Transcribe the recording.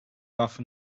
waffe